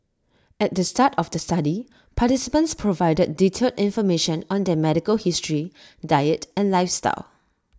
at the start of the study participants provided detailed information on their medical history diet and lifestyle